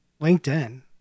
LinkedIn